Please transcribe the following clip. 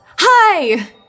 Hi